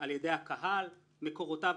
אין היום הצבעות?